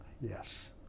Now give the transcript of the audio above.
Yes